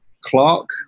Clark